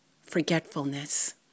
forgetfulness